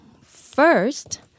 First